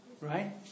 right